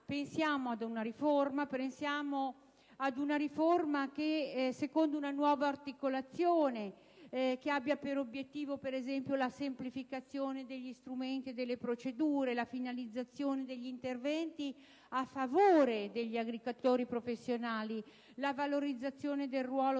Pensiamo allora ad una riforma secondo una nuova articolazione, che abbia per obiettivo, per esempio, la semplificazione degli strumenti e delle procedure, la finalizzazione degli interventi a favore degli agricoltori professionali, la valorizzazione del ruolo